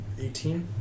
18